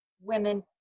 women